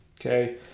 okay